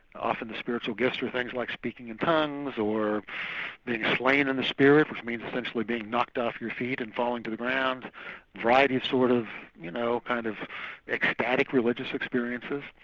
often the spirits will gift through things like speaking in tongues or being slain in the spirit which means essentially being knocked off your feet and falling to the ground, a variety of sort of you know kind of ecstatic religious experiences.